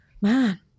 Man